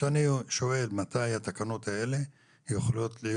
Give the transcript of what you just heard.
כשאני שואל מתי התקנות האלה יכולות להיות